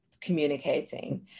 communicating